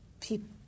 people